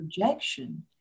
projection